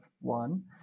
one